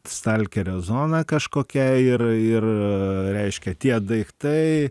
stalkerio zona kažkokia ir ir reiškia tie daiktai